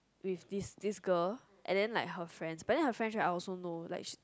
with this this girl and then like her friend but then her friend I also know like she